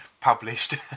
published